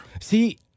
See